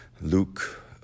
Luke